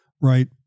Right